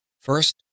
First